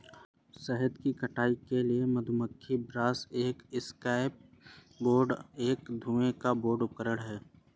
शहद की कटाई के लिए मधुमक्खी ब्रश एक एस्केप बोर्ड और एक धुएं का बोर्ड उपकरण हैं